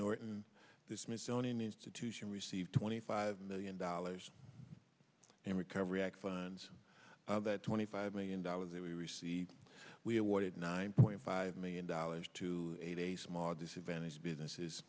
norton the smithsonian institution received twenty five million dollars in recovery act funds that twenty five million dollars that we received we awarded nine point five million dollars to a small disadvantaged businesses